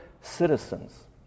citizens